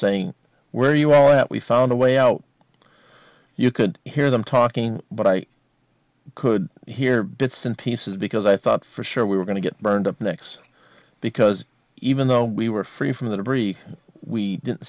saying where are you all at we found a way out you could hear them talking but i could hear bits and pieces because i thought for sure we were going to get burned up next because even though we were free from the debris we didn't